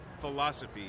philosophy